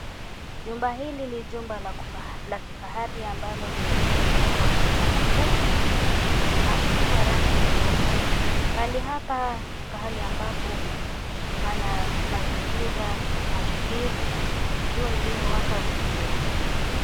Jumba hili ni jumba la kifahari ambalo limetengenezwa na makuti na kupigwa rangi nyeupe. Pahali hapa ni pahali ambapo pana mazingira matulivu, jua iliyowaka vizuri.